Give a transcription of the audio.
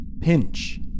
Pinch